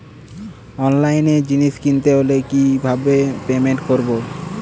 অনলাইনে জিনিস কিনতে হলে কিভাবে পেমেন্ট করবো?